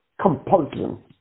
compulsion